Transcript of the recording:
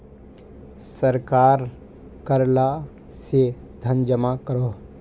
सरकार कर ला से धन जमा करोह